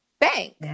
bank